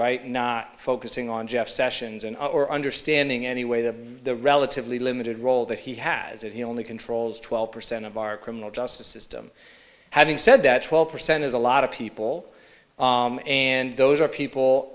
right not focusing on jeff sessions and or understanding anyway that the relatively limited role that he has if he only controls twelve percent of our criminal justice system having said that twelve percent is a lot of people and those are people